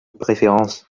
préférence